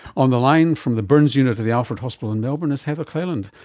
on the line from the burns unit of the alfred hospital in melbourne is heather cleland.